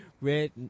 Red